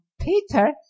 Peter